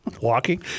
Walking